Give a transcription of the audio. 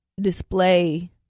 display